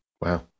Wow